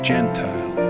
Gentile